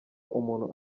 umuntu